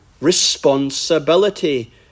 Responsibility